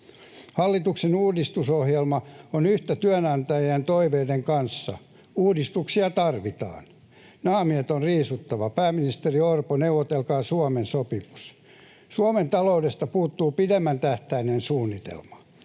Hallituksen uudistusohjelma on yhtä työnantajien toiveiden kanssa. Uudistuksia tarvitaan. Naamiot on riisuttava. Pääministeri Orpo, neuvotelkaa Suomen sopimus. Suomen taloudesta puuttuu pidemmän tähtäimen suunnitelma.